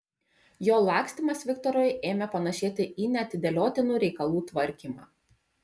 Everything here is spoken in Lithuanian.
jo lakstymas viktorui ėmė panašėti į neatidėliotinų reikalų tvarkymą